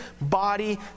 body